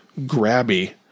grabby